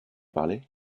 parlez